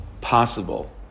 possible